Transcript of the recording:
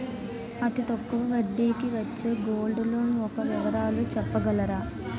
అతి తక్కువ వడ్డీ కి వచ్చే గోల్డ్ లోన్ యెక్క వివరాలు చెప్పగలరా?